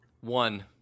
One